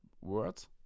words